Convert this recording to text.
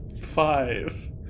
Five